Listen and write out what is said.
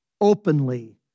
openly